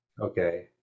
okay